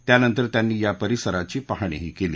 त्यानंतर त्यांनी या परिसराची पाहणीही केली